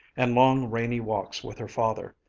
and long rainy walks with her father.